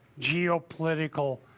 geopolitical